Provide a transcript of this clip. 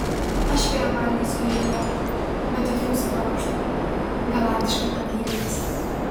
aš vėl valgysiu ėrieną bet tik jūsų paruoštą galantiškai pagyrė jis